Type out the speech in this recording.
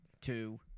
Two